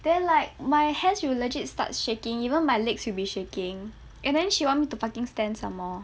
then like my hands wi~ legit start shaking even my legs will be shaking and then she want me to fucking stand some more